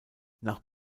nach